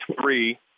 three